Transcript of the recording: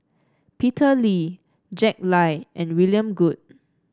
Peter Lee Jack Lai and William Goode